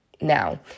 Now